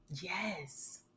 Yes